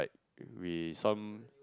we some